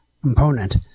component